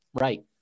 Right